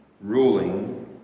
ruling